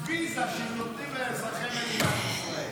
ויזה שהם נותנים לאזרחי מדינת ישראל.